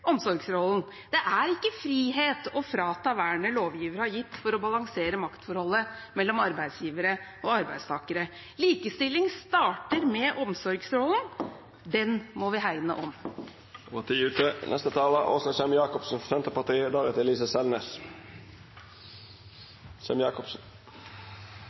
omsorgsrollen. Det er ikke frihet å frata vernet lovgiver har gitt for å balansere maktforholdet mellom arbeidsgivere og arbeidstakere. Likestilling starter med omsorgsrollen. Den må vi hegne om. Tusen takk til den veldig engasjerte likestillingsministeren vår for